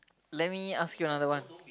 let me ask you another one